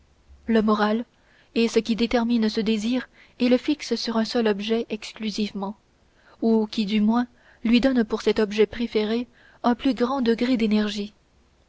le moral est ce qui détermine ce désir et le fixe sur un seul objet exclusivement ou qui du moins lui donne pour cet objet préféré un plus grand degré d'énergie